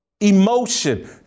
Emotion